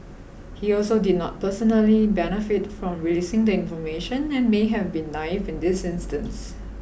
he also did not personally benefit from releasing the information and may have been naive in this instance